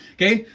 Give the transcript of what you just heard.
okay,